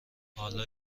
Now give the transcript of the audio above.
حالا